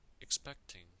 expecting